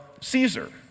Caesar